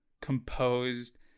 composed